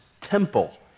temple